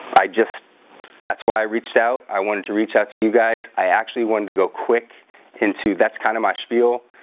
i just that's why i reached out. i wanted to reach out to you guys i actually wanted to go quick into that's kind of my schpeel.